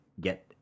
get